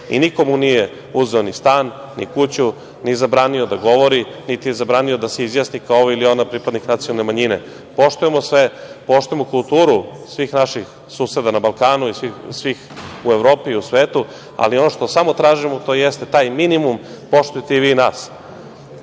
niko mu nije uzeo ni stan ni kuću, ni zabranio da govori, niti mu zabranio da se izjasni kao ove ili one pripadnik nacionalne manjine. Poštujemo sve, poštujemo kulturu svih naših suseda na Balkanu, i svih u Evropi, svetu, ali ono što samo tražimo to jeste taj minimum, i poštujte i vi nas. Ako